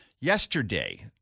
yesterday